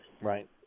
Right